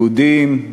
יהודים,